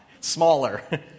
smaller